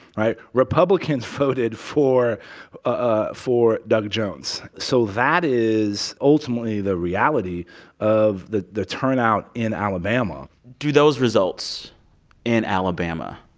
right? republicans voted for ah for doug jones. so that is ultimately the reality of the the turnout in alabama do those results in alabama